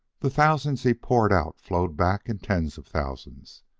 the thousands he poured out flowed back in tens of thousands.